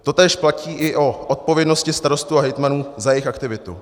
Totéž platí i o odpovědnosti starostů a hejtmanů za jejich aktivitu.